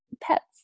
pets